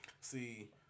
See